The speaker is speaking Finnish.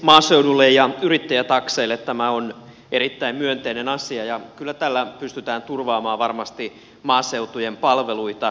maaseudulle ja yrittäjätakseille tämä on erittäin myönteinen asia ja kyllä tällä pystytään turvaamaan varmasti maaseutujen palveluita